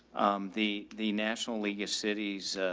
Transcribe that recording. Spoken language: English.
the, the national league of cities,